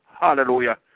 Hallelujah